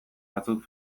batzuk